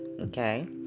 okay